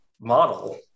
model